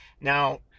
now